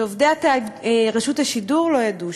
שעובדי רשות השידור לא ידעו,